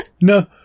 No